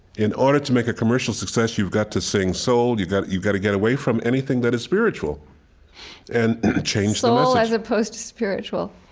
in order to make a commercial success, you've got to sing soul, you've got you've got to get away from anything that is spiritual and change the message ah soul as opposed to spiritual.